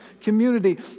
community